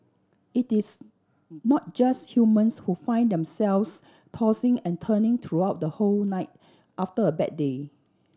it is not just humans who find themselves tossing and turning throughout the whole night after a bad day